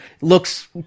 looks